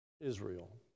Israel